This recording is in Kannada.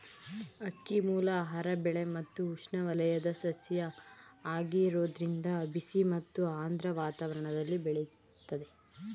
ಅಕ್ಕಿಮೂಲ ಆಹಾರ ಬೆಳೆ ಮತ್ತು ಉಷ್ಣವಲಯದ ಸಸ್ಯ ಆಗಿರೋದ್ರಿಂದ ಬಿಸಿ ಮತ್ತು ಆರ್ದ್ರ ವಾತಾವರಣ್ದಲ್ಲಿ ಬೆಳಿತದೆ